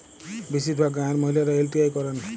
বেশিরভাগ গাঁয়ের মহিলারা এল.টি.আই করেন